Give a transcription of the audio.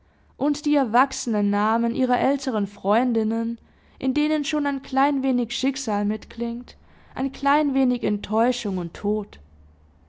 und die erwachsenen namen ihrer älteren freundinnen in denen schon ein klein wenig schicksal mitklingt ein klein wenig enttäuschung und tod